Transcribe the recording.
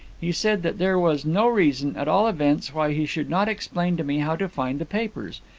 he said that there was no reason, at all events, why he should not explain to me how to find the papers.